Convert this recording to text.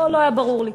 לא, לא היה ברור לי.